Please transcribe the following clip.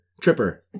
tripper